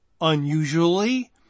unusually